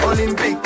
Olympic